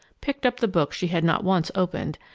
picked up the book she had not once opened,